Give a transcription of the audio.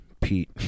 Pete